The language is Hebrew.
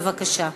בבקשה.